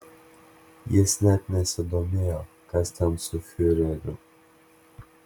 jis net nesidomėjo kas ten su fiureriu